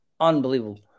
Unbelievable